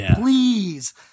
please